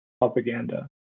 propaganda